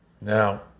Now